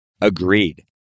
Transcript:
Agreed